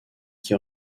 qui